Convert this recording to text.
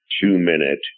two-minute